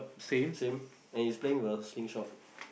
same and is playing with a slingshot